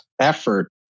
effort